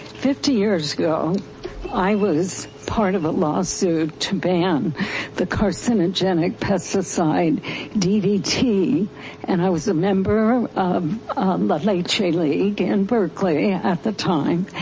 fifty years ago i was part of a law suit to ban the carcinogenic pesticide ddt and i was a member of la leche league in berkeley at the time.